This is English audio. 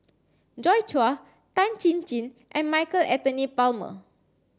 Joi Chua Tan Chin Chin and Michael Anthony Palmer